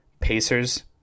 Pacers